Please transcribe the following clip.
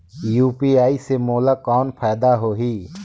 UPI से मोला कौन फायदा होही?